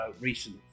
recent